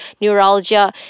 neuralgia